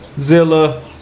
Zilla